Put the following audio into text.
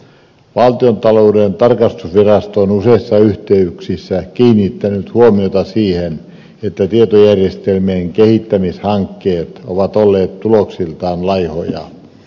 valtiontalouden tarkastusvirasto on useissa yhteyksissä kiinnittänyt huomiota siihen että tietojärjestelmien kehittämishankkeet ovat olleet tuloksiltaan laihoja